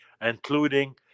including